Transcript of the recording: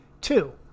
Two